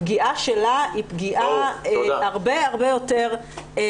הפגיעה שלה היא פגיעה הרבה יותר חמורה.